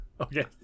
okay